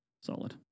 Solid